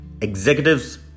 Executives